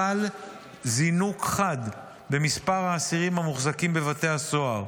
חל זינוק חד במספר האסירים המוחזקים בבתי הסוהר.